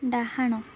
ଡାହାଣ